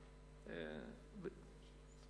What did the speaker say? אמרת שאני אחריו.